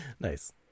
Nice